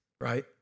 right